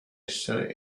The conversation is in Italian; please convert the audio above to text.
essere